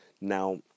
Now